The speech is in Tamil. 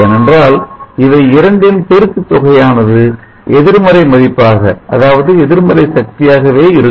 ஏனென்றால் இவை இரண்டின் பெருக்கு தொகையானது எதிர் மறை மதிப்பாக அதாவது எதிர்மறை சக்தியாகவே இருக்கும்